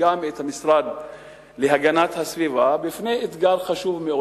וגם את המשרד להגנת הסביבה בפני אתגר חשוב מאוד.